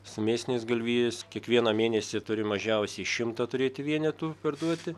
su mėsiniais galvijais kiekvieną mėnesį turi mažiausiai šimtą turėti vienetų parduoti